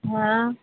ହଁ